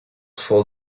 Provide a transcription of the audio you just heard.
for